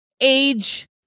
age